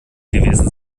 gewesen